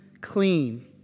clean